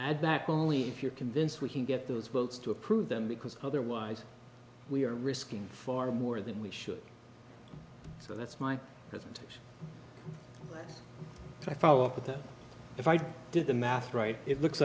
back only if you're convinced we can get those votes to approve them because otherwise we are risking far more than we should so that's my presentation i follow up with that if i did the math right it looks